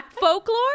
Folklore